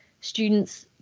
students